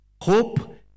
hope